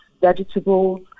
vegetables